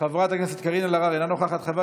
חבר הכנסת אוסאמה סעדי,